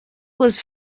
was